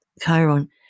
Chiron